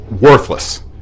worthless